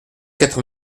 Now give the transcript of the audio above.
quatre